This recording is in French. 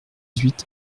huit